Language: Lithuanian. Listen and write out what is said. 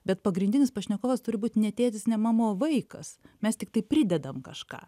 bet pagrindinis pašnekovas turi būti ne tėtis ne mama o vaikas mes tiktai pridedam kažką